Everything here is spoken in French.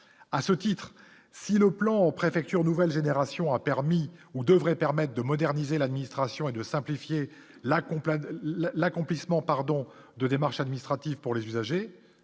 à ce titre-si le plan préfecture nouvelle génération a permis ou devrait permette de moderniser l'administration et de simplifier la complète l'accomplissement pardon de démarches administratives pour les usagers,